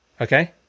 Okay